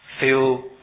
feel